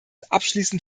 abschließend